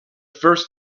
first